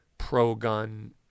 pro-gun